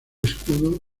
escudo